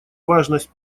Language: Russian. важность